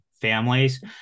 families